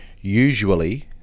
usually